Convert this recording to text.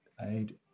Aid